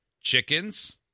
chickens